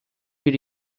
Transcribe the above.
bir